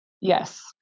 Yes